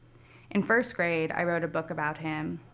in first grade, i wrote a book about him,